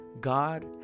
God